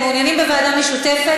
מעוניינים בוועדה משותפת,